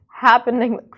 happening